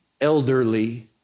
elderly